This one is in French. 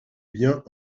biens